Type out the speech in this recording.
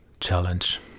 challenge